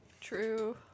True